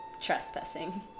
trespassing